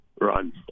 run